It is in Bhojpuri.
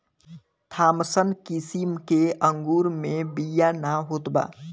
थामसन किसिम के अंगूर मे बिया ना होत बा